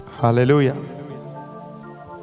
Hallelujah